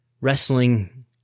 wrestling